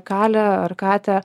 kalę ar katę